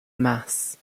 mass